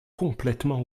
complètement